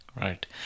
Right